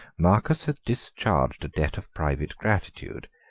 marcus had discharged a debt of private gratitude,